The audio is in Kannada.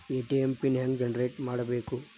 ಎ.ಟಿ.ಎಂ ಪಿನ್ ಹೆಂಗ್ ಜನರೇಟ್ ಮಾಡಬೇಕು?